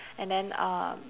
and then uh